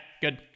good